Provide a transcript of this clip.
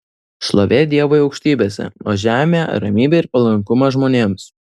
šlovė dievui aukštybėse o žemėje ramybė ir palankumas žmonėms